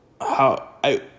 how—I